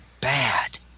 bad